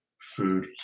food